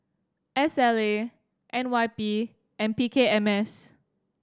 S L A N Y P and P K M S